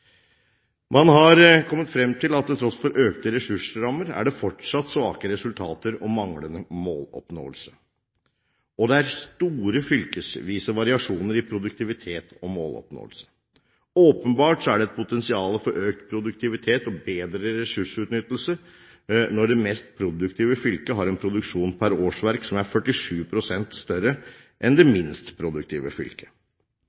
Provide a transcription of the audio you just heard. Man har kommet frem til at til tross for økte ressursrammer er det fortsatt svake resultater og manglende måloppnåelse, og det er store fylkesvise variasjoner i produktivitet og måloppnåelse. Åpenbart er det et potensial for økt produktivitet og bedre ressursutnyttelse når det mest produktive fylket har en produksjon per årsverk som er 47 pst. større enn det